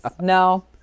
No